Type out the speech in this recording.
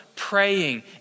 praying